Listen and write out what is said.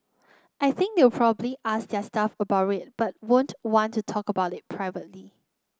I think they'll probably ask their staff about it but won't want to talk about it publicly